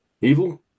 evil